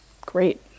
great